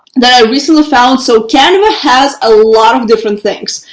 that i recently found. so canva has a lot of different things,